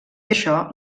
això